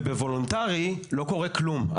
ובוולונטרי לא קורה כלום.